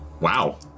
Wow